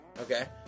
Okay